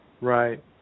Right